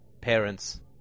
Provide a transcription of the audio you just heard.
parents